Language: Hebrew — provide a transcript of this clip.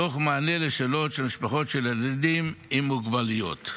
תוך מענה על שאלות של משפחת של ילדים עם מוגבלויות.